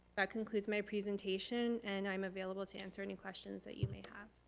that concludes my presentation and i'm available to answer any questions that you may have.